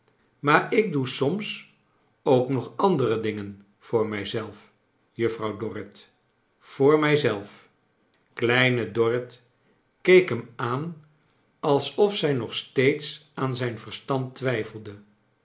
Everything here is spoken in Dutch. maar ik doe soms ook nog andere dingen voor mij zelf juffrouw dorrit voor mij zelf kleine dorrit keek hem aan alsof zij nog steeds aan zijn verstand twijfelde